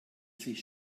sich